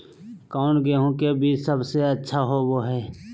कौन गेंहू के बीज सबेसे अच्छा होबो हाय?